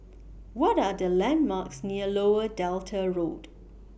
What Are The landmarks near Lower Delta Road